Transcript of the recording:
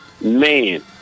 man